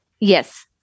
Yes